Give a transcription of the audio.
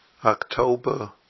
October